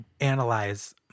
analyze